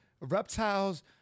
reptiles